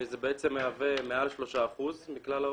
זה בעצם מהווה מעל שלושה אחוזים מכלל העובדים.